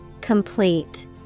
Complete